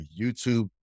YouTube